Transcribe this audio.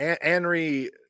Henry